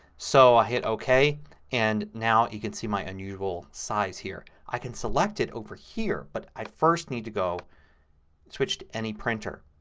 so i hit ok and now you can see my unusual size here. i can select it over here but i first need to go to switch to any printer.